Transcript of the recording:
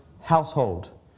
household